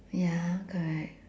ya correct